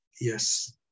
yes